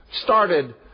started